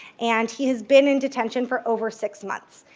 and he has been in detention for over six months.